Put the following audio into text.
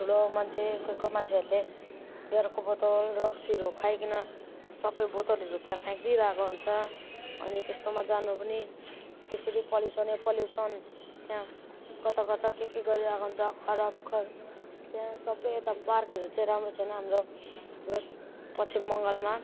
ठुलो मान्छे कोही कोही मान्छेहरूले बियरको बोतल रक्सीहरू खाईकन सब बोतलहरू त्यहाँ फ्याँकिदिइरहेको हुन्छ अनि त्यस्तोमा जानु पनि त्यसरी पल्युसन नै पल्युसन त्यहाँ कता कता के के गरिरहेको हुन्छ खराब खर त्यहाँ सब यता पार्कहरू चाहिँ राम्रो छैन हाम्रो वेस्ट पश्चिम बङ्गालमा